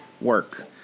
work